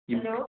hello